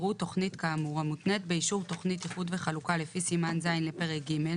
יראו תכנית כאמור המותנית באישור תכנית איחוד וחלוקה לפי סימן ז' לפרק ג'